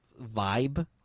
vibe